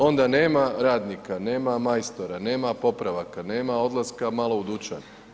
Onda nema radnika, nema majstora, nema popravaka, nema odlaska malo u dućan, nema.